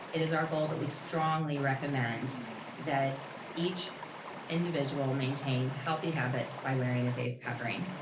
it is our goal that we strongly recommend that each individual maintain healthy habits by wearing a face covering.